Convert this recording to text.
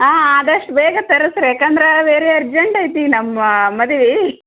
ಹಾಂ ಆದಷ್ಟು ಬೇಗ ತರಿಸ್ರಿ ಯಾಕಂದ್ರೆ ವೇರಿ ಅರ್ಜೆಂಟ್ ಐತಿ ನಮ್ಮ ಮದುವೆ